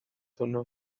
hwnnw